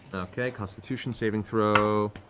okay, constitution saving throw